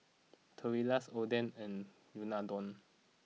Tortillas Oden and Unadon